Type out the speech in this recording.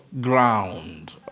ground